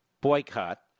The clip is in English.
boycott